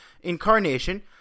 incarnation